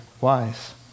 wise